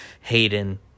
Hayden